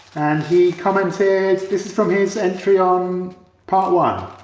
and he commented this is from his entry on part one.